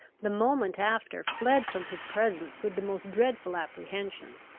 the moment after fled from his presence with the most dreadful apprehensions.